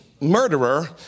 murderer